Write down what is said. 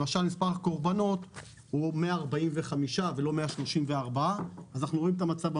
למשל מספר הקורבנות הוא 145 ולא 134. אנחנו רואים את המצב במדינה.